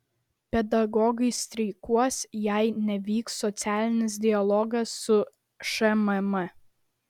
pedagogai streikuos jei nevyks socialinis dialogas su šmm